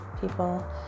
people